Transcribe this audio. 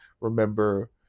remember